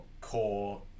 core